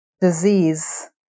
disease